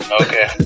Okay